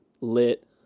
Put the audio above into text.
lit